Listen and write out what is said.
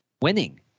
Winning